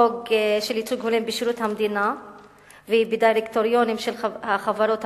חוק של ייצוג הולם בשירות המדינה ובדירקטוריונים של החברות הממשלתיות.